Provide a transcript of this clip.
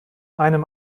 einem